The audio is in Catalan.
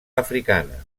africana